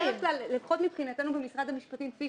בחינתנו, לפחות, במשרד המשפטים, כפי